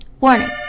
Warning